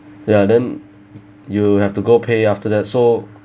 ya then you have to go pay after that so